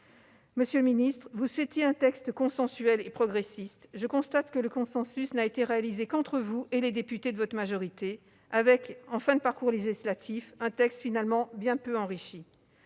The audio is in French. Monsieur le ministre, vous souhaitiez un texte consensuel et progressiste. Je constate que le consensus n'a été réalisé qu'entre vous et les députés de votre majorité, pour parvenir en fin de parcours législatif à un texte finalement bien peu enrichi.